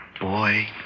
Boy